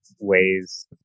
ways